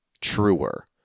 truer